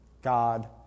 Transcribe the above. God